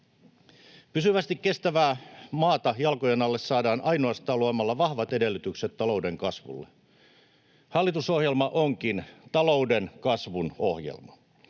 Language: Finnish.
Pysyvästi kestävää maata jalkojen alle saadaan ainoastaan luomalla vahvat edellytykset talouden kasvulle. Hallitusohjelma onkin talouden kasvun ohjelma.